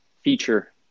feature